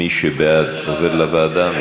מי שבעד, עובר לוועדה.